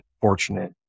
fortunate